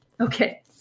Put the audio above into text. okay